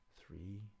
three